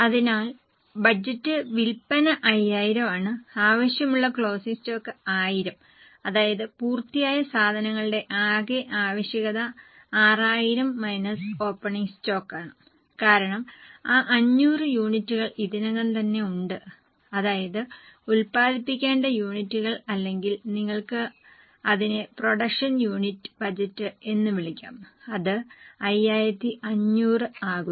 അതിനാൽ ബജറ്റ് വിൽപ്പന 5000 ആണ് ആവശ്യമുള്ള ക്ലോസിംഗ് സ്റ്റോക്ക് 1000 അതായത് പൂർത്തിയായ സാധനങ്ങളുടെ ആകെ ആവശ്യകത 6000 മൈനസ് ഓപ്പണിംഗ് സ്റ്റോക്കാണ് കാരണം ആ 500 യൂണിറ്റുകൾ ഇതിനകം തന്നെ ഉണ്ട് അതായത് ഉൽപ്പാദിപ്പിക്കേണ്ട യൂണിറ്റുകൾ അല്ലെങ്കിൽ നിങ്ങൾക്ക് അതിനെ പ്രൊഡക്ഷൻ യൂണിറ്റ് ബജറ്റ് എന്ന് വിളിക്കാം അത് 5500 ആകുന്നു